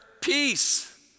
peace